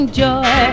joy